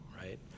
right